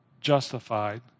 justified